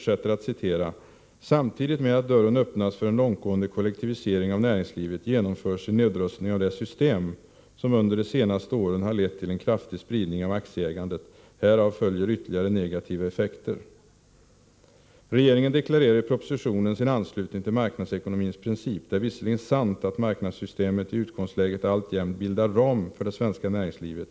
Samtidigt med att dörren öppnas för en långtgående kollektivisering av näringslivet genomförs en nedrustning av det system som under de senaste åren har lett till en kraftig spridning av aktieägandet. Härav följer ytterligare negativa effekter. 111 Regeringen deklarerar i propositionen sin anslutning till marknadsekonomins princip. Det är visserligen sant att marknadssystemet i utgångsläget alltjämt bildar ram för det svenska näringslivet.